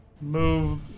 move